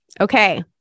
Okay